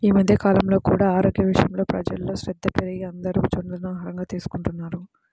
ఈ మధ్య కాలంలో కూడా ఆరోగ్యం విషయంలో ప్రజల్లో శ్రద్ధ పెరిగి అందరూ జొన్నలను ఆహారంగా తీసుకుంటున్నారు